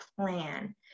plan